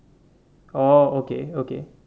oh okay okay